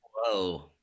Whoa